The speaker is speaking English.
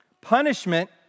Punishment